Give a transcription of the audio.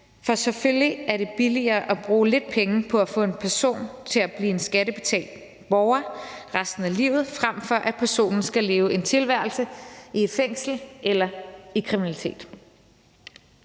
For selvfølgelig er det billigere at bruge lidt penge på at få en person til at blive en skattebetalende borger resten af livet, frem for at personen skal leve en tilværelse i et fængsel eller i kriminalitet.